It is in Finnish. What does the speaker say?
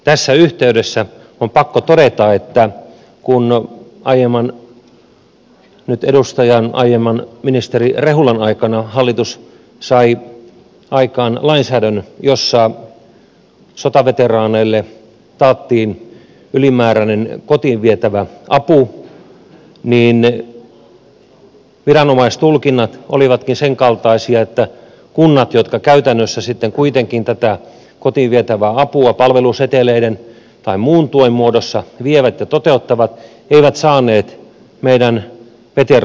tässä yhteydessä on pakko todeta että kun nyt edustajan aiemman ministeri rehulan aikana hallitus sai aikaan lainsäädännön jossa sotaveteraaneille taattiin ylimääräinen kotiin vietävä apu niin viranomaistulkinnat olivatkin sen kaltaisia että kunnat jotka käytännössä sitten kuitenkin tätä kotiin vietävää apua palveluseteleiden tai muun tuen muodossa vievät ja toteuttavat eivät saaneet meidän veteraaniluetteloitamme